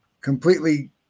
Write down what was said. completely